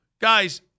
guys